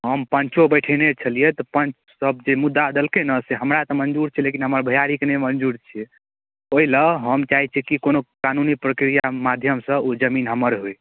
हम पञ्चो बैठेने छलियै तऽ पञ्चसभ जे मुद्दा देलकै ने से हमरा तऽ मञ्जूर छै लेकिन हमरा भैआरीकेँ नहि मञ्जूर छै ओहि लेल हम चाहै छियै कि कोनो कानूनी प्रक्रिया माध्यमसँ ओ जमीन हमर होय